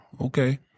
okay